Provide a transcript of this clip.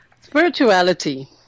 Spirituality